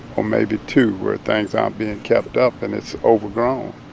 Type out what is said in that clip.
or maybe two where things aren't being kept up and it's overgrown.